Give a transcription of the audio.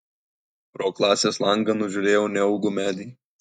pro klasės langą nužiūrėjau neaugų medį